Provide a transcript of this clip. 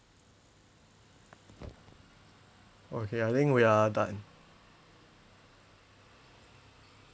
okay I think we are done